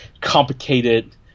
Complicated